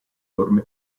orme